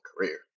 career